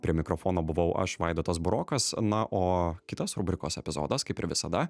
prie mikrofono buvau aš vaidotas burokas na o kitas rubrikos epizodas kaip ir visada